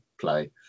play